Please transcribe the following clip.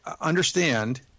understand